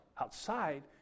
outside